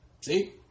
See